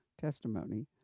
testimony